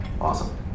Awesome